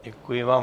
Děkuji vám.